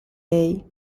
day